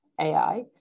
AI